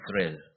Israel